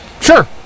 Sure